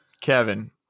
Kevin